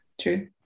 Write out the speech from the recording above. true